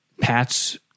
Pats